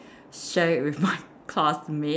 share it with my classmate